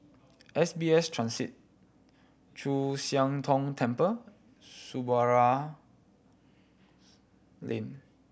S B S Transit Chu Siang Tong Temple Samudera Lane